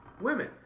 Women